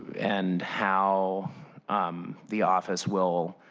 and how um the office will